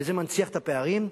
וזה מנציח את הפערים,